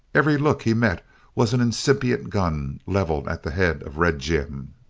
every look he met was an incipient gun levelled at the head of red jim.